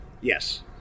Yes